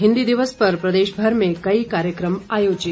हिंदी दिवस पर प्रदेशमर में कई कार्यक्रम आयोजित